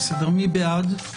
מי בעד?